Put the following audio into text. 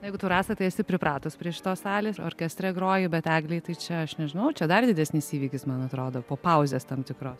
jeigu tu rasa tai esi pripratus prie šitos salės orkestre groji bet eglei tai čia aš nežinau čia dar didesnis įvykis man atrodo po pauzės tam tikros